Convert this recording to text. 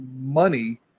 money